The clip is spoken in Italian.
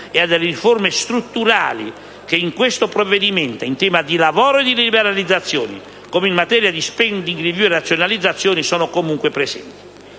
e alle riforme strutturali che in questo provvedimento, in tema di lavoro e di liberalizzazioni, così come in materia di *spending review* e razionalizzazione, sono comunque presenti.